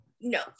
no